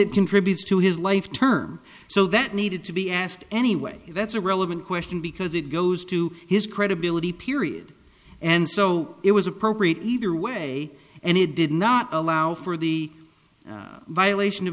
it contributes to his life term so that needed to be asked anyway that's a relevant question because it goes to his credibility period and so it was appropriate either way and it did not allow for the violation of